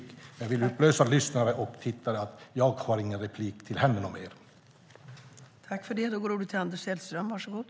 Och jag vill upplysa tittare och lyssnare om att jag inte har rätt till något ytterligare inlägg.